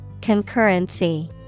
Concurrency